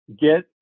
get